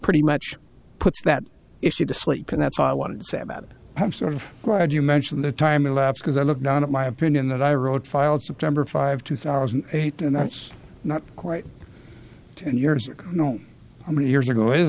pretty much puts that issue to sleep and that's all i wanted say about it i'm sort of right you mentioned the time lapse because i look down at my opinion that i wrote filed september five two thousand and eight and that's not quite ten years or no i mean years ago i